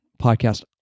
podcast